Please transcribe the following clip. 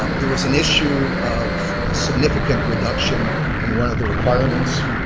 um there was an issue of a significant reduction in one of the requirements,